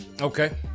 Okay